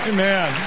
Amen